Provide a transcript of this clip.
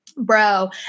Bro